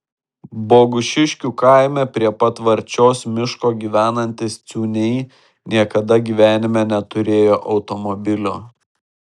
bogušiškių kaime prie pat varčios miško gyvenantys ciūniai niekada gyvenime neturėjo automobilio